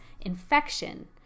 infection